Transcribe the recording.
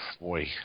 Boy